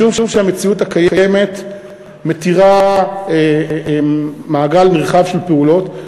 משום שהמציאות הקיימת מתירה מעגל נרחב של פעולות.